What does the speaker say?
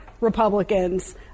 Republicans